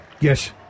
Yes